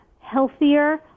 healthier